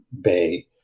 Bay